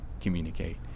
communicate